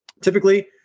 typically